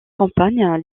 campagnes